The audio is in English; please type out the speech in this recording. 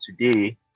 today